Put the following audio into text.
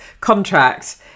contract